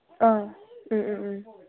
ꯑ ꯎꯝ ꯎꯝ ꯎꯝ